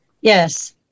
Yes